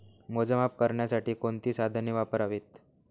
मोजमाप करण्यासाठी कोणती साधने वापरावीत?